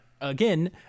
again